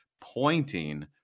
pointing